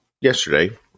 yesterday